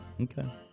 Okay